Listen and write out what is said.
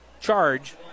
charge